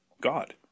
God